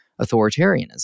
authoritarianism